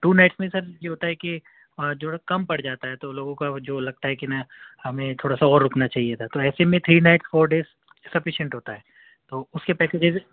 to nights میں sir یہ ہوتا ہے کہ اور جو ہے کم پڑ جاتا ہے تو لوگوں کا وہ جو لگتا ہے کہ نا ہمیں تھوڑا سا اور رُکنا چاہیے تھا تو ایسے میں three nights four days sufficient ہوتا ہے تو اُس کے پیکیجز